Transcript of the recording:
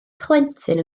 plentyn